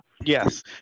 Yes